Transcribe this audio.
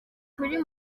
kuri